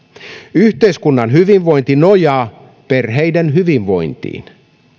yhteiskunnan hyvinvointi nojaa perheiden hyvinvointiin